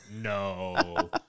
no